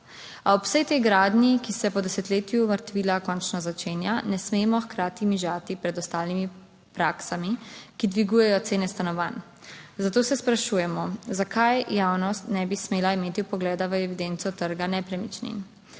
Ob vsej tej gradnji, ki se po desetletju končno začenja, ne smemo hkrati mižati pred ostalimi praksami, ki dvigujejo cene stanovanj, zato se sprašujemo, zakaj javnost ne bi smela imeti vpogleda v evidenco trga nepremičnin?